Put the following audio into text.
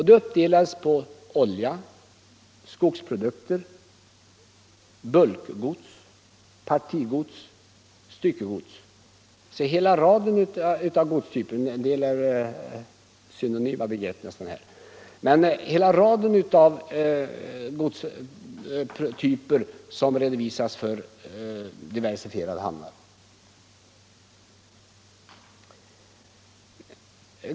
Det uppdelades på olja, skogsprodukter, bulkgods och styckegods. Man hade alltså hela raden av godstyper som nämns för diversifierade hamnar.